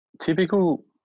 typical